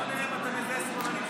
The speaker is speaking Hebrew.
בוא נראה אם אתה מזהה שמאלנים שמדברים.